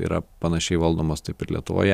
yra panašiai valdomos taip ir lietuvoje